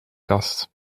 kast